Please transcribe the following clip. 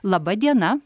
laba diena